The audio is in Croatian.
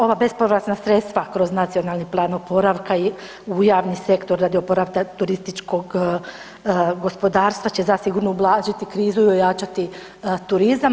Ova bespovratna sredstva kroz Nacionalni plan oporavka u javni sektor radi oporavka turističkog gospodarstva će zasigurno ublažiti krizu i ojačati turizam.